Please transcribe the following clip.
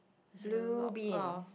blue bean